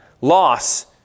loss